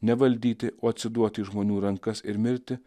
ne valdyti o atsiduoti į žmonių rankas ir mirti